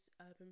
urban